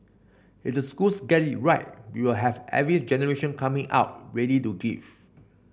if the schools get it right we will have every generation coming out ready to give